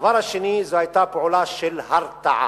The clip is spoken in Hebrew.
הדבר שני, זאת היתה פעולה של הרתעה.